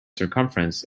circumference